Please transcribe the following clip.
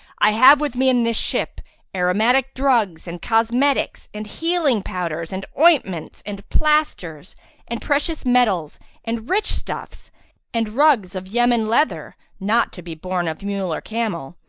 i have with me in this ship aromatic drugs and cosmetics and healing powders and ointments and plasters and precious metals and rich stuffs and rugs of yemen leather, not to be borne of mule or camel,